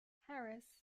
harris